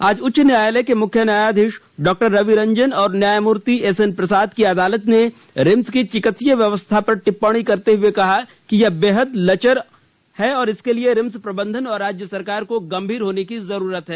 आज उच्च न्यायालय के मुख्य न्यायाधीश डॉ रवि रंजन और न्यायमूर्ति एसएन प्रसाद की अदालत ने रिम्स की चिंकित्सकीय व्यवस्था पर टिपण्णी करते हुए कहा कि यह बेहद लचर है और इसके लिए रिम्स प्रबंधन और राज्य सरकार को गंभीर होने की जरूरत है